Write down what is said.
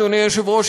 אדוני היושב-ראש,